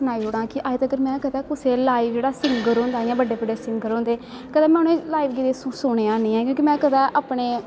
सनाई ओड़ां कि में अज तकर कुसे लाईव जेह्ड़ा सिंगर होंदा जियां बड्डे बड्डे सिंगर होंदे कदैं में उनेंगी लाईव सुनेंआ नी ऐ क्योंकि में कदैं अपने